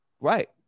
Right